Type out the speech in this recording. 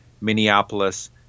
Minneapolis